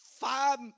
five